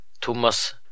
Thomas